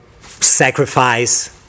sacrifice